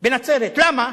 בנצרת, למה?